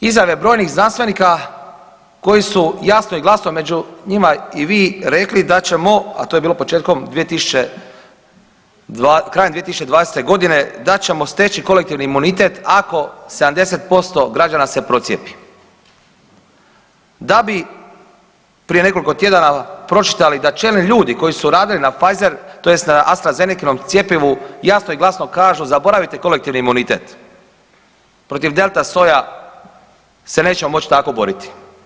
Imamo izjave brojnih znanstvenika koji su jasno i glasno, među njima i vi rekli, da ćemo a to je bilo početkom 2020., krajem 2020. godine da ćemo steći kolektivni imunitet ako 70% građana se procijepi, da bi prije nekoliko tjedana pročitali da čelni ljudi koji su radili na Pfeizer, tj. na Astrazenecinom cjepivu jasno i glasno kažu zaboravite kolektivni imunitet, protiv Delta soja se nećemo moći tako boriti.